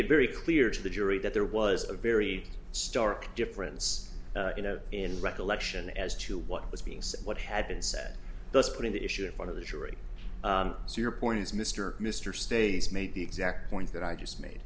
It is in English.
it very clear to the jury that there was a very stark difference you know in recollection as to what was being said what had been said thus putting the issue in front of the jury so your point is mr mr stays made the exact point that i just made